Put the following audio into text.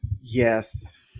yes